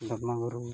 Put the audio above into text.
ᱫᱚᱞᱢᱟ ᱵᱩᱨᱩ